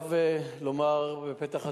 חייב לומר בפתח הדברים,